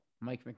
Mike